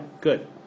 Good